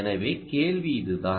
எனவே கேள்வி இதுதான்